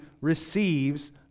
receives